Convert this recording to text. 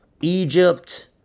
Egypt